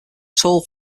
tall